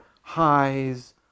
highs